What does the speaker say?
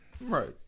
Right